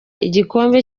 igikombe